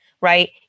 right